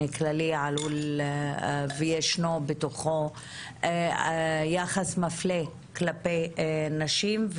כללי עלול יש בתוכו יחס מפלה כלפי נשים,